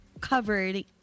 covered